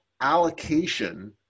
allocation